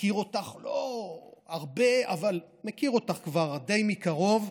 מכיר אותך, לא הרבה, אבל מכיר אותך כבר די מקרוב,